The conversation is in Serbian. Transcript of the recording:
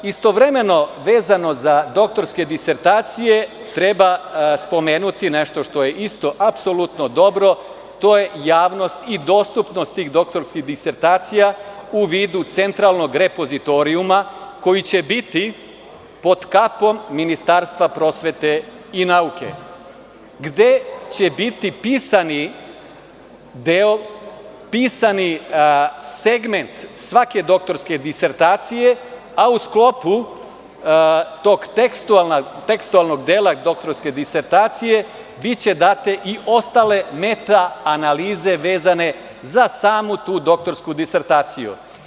Istovremeno vezano za doktorske disertacije treba spomenuti nešto što je isto apsolutno dobro, a to je javnosti i dostupnosti tih doktorskih disertacija u vidu centralnog repozitorijuma koji će biti pod kapom Ministarstva prosvete i nauke, gde će biti pisani deo, pisani segment svake doktorske disertacije, a u sklopu tog teksutalnog dela doktorske disertacije biće date i ostale meta analize vezane za samu tu doktorsku disertaciju.